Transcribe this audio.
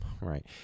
right